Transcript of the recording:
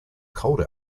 cold